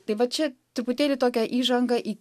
tai vat čia truputėlį tokia įžanga į